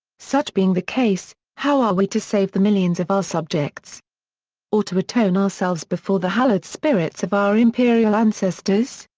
such being the case, how are we to save the millions of our subjects or to atone ourselves before the hallowed spirits of our imperial ancestors?